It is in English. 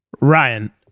Ryan